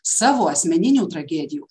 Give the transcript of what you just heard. savo asmeninių tragedijų